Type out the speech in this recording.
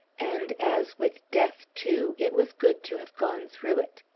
and, as with death, too, it was good to have gone through it.